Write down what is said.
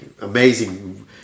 amazing